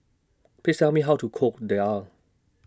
Please Tell Me How to Cook Daal